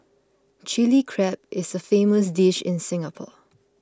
Chilli Crab is a famous dish in Singapore